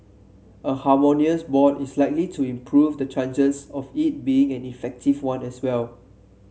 a harmonious board is likely to improve the chances of it being an effective one as well